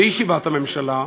בישיבת הממשלה,